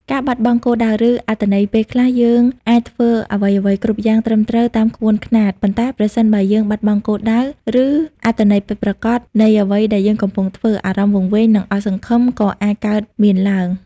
ការបាត់បង់គោលដៅ ឬអត្ថន័យពេលខ្លះ យើងបានធ្វើអ្វីៗគ្រប់យ៉ាងត្រឹមត្រូវតាមក្បួនខ្នាត ប៉ុន្តែប្រសិនបើយើងបាត់បង់គោលដៅ ឬអត្ថន័យពិតប្រាកដនៃអ្វីដែលយើងកំពុងធ្វើ អារម្មណ៍វង្វេង និងអស់សង្ឃឹមក៏អាចកើតមានឡើង។